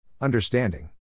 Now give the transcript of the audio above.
Understanding